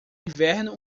inverno